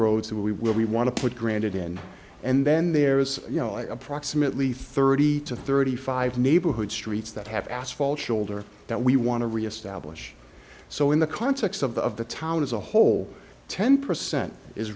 roads that we will we want to put granted in and then there's you know i approximately thirty to thirty five neighborhood streets that have asphalt shoulder that we want to reestablish so in context of the of the town as a whole ten percent is